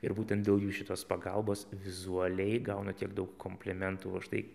ir būtent dėl jų šitos pagalbos vizualiai gaunu tiek daug komplimentų už tai